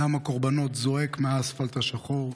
דם הקורבנות זועק מהאספלט השחור,